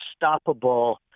unstoppable